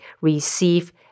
receive